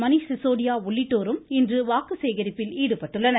மணிஷ் சிசோடியா உள்ளிட்டோரும் இன்று வாக்கு சேகரிப்பில் ஈடுபட்டுள்ளனர்